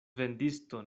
vendisto